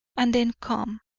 and then come.